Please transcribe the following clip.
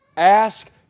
Ask